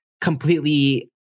completely